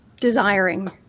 desiring